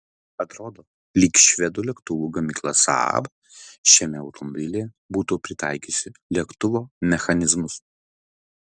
atrodo lyg švedų lėktuvų gamykla saab šiame automobilyje būtų pritaikiusi lėktuvo mechanizmus